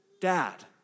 Dad